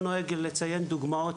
אני לא נוהג לציין שמות בדוגמאות,